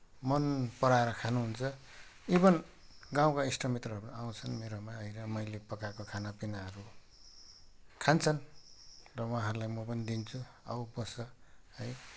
मनपराएर खानुहुन्छ इभन गाउँका इष्टमित्रहरू आउँछन् मेरामा होइन मैले पकाएको खानापिनाहरू खान्छन् र उहाँहरूलाई म पनि दिन्छु आऊ बस है